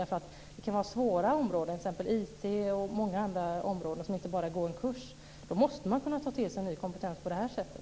Det kan vara svåra områden, t.ex. IT och annat där man inte bara kan gå en kurs, och då måste man kunna ta till sig ny kompetens på det här sättet.